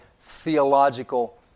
theological